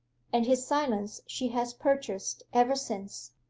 and his silence she has purchased ever since.